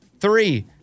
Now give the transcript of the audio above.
Three